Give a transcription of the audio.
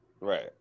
Right